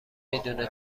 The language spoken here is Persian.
میدونه